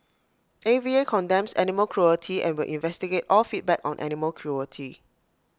A V A condemns animal cruelty and will investigate all feedback on animal cruelty